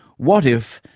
what if,